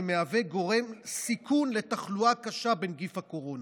כמהווה גורם סיכון לתחלואה קשה בנגיף הקורונה.